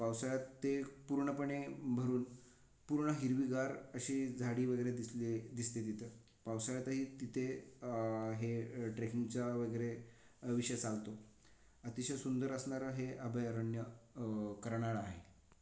पावसाळ्यात ते पूर्णपणे भरून पूर्ण हिरवीगार अशी झाडी वगैरे दिसली दिसते तिथं पावसाळ्यातही तिथे हे अ ट्रेकिंगचा वगैरे अ विषय चालतो अतिशय सुंदर असणारं हे अभयारण्य कर्नाळा आहे